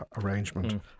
arrangement